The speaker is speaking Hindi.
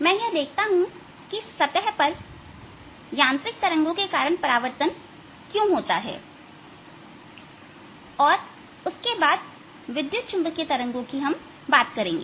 मैं यह देखता हूं कि सतह पर यांत्रिक तरंगों के कारण परावर्तन क्यों होता है और उसके बाद विद्युत चुंबकीय तरंगों की बात करते हैं